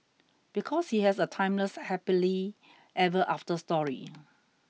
because he has a timeless happily ever after story